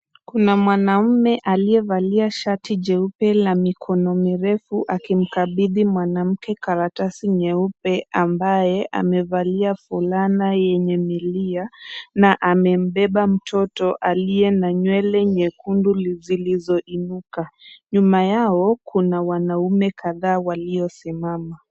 Kuna mwanaume aliyevalia shati jeupe la mikono mirefu, akimkabithi mwanamke karatasi nyeupe ambaye amevalia fulana yenye milia, na amembeba mtoto aliye na nywele nyekundu zilizoinuka. Nyuma yao kuna wanaume kadhaa waliosimama.